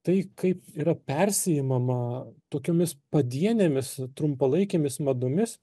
tai kaip yra persiimama tokiomis padienėmis trumpalaikėmis madomis